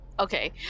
Okay